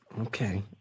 Okay